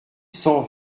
cent